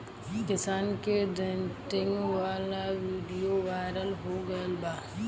किसान के ट्रेनिंग वाला विडीओ वायरल हो गईल बा